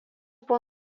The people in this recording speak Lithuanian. buvo